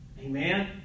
Amen